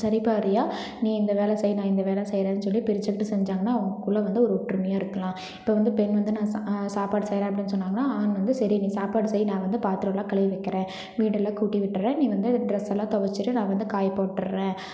சரி பாதியாக நீ இந்த வேலை செய் நான் இந்த வேலை செய்யறேன்னு சொல்லி பிரிச்சுக்கிட்டு செஞ்சாங்கன்னால் அவுங்கக்குள்ள வந்து ஒரு ஒற்றுமையாக இருக்கலாம் இப்போ வந்து பெண் வந்து நான் சாப்பாடு செய்கிறேன் அப்படின்னு சொன்னாங்கன்னால் ஆண் வந்து சரி நீ சாப்பாடு செய் நான் வந்து பாத்திரலாம் கழுவி வைக்கறேன் வீடெல்லாம் கூட்டி விட்டுடறேன் நீ வந்து ட்ரெஸ்லாம் தொவச்சுடு நான் வந்து காயப் போட்டுடறேன்